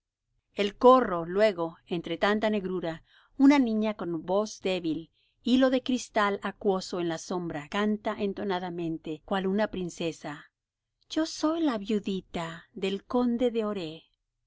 el corro luego entre tanta negrura una niña con voz débil hilo de cristal acuoso en la sombra canta entonadamente cual una princesa yo soy la viudita del conde de oré